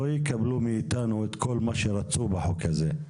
לא יקבלו מאתנו את כל מה שרצו בחוק הזה.